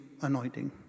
anointing